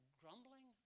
grumbling